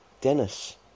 Dennis